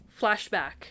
Flashback